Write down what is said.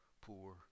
poor